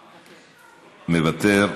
מוותר,